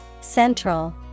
Central